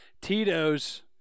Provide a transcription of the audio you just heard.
Tito's